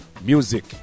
music